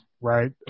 right